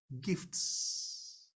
Gifts